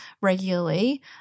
regularly